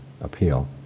appeal